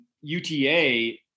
UTA